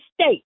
state